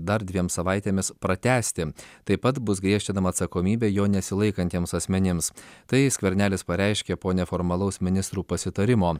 dar dviem savaitėmis pratęsti taip pat bus griežtinama atsakomybė jo nesilaikantiems asmenims tai skvernelis pareiškė po neformalaus ministrų pasitarimo